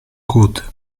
gut